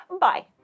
bye